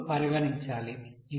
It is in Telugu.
ను పరిగణించాలి